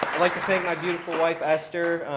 like to thank my beautiful wife, esther.